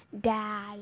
dad